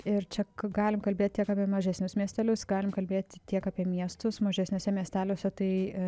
ir čia galim kalbėt tiek apie mažesnius miestelius galim kalbėt tiek apie miestus mažesniuose miesteliuose tai